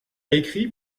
écrit